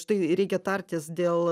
štai reikia tartis dėl